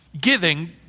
giving